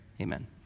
Amen